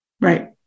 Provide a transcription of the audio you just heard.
Right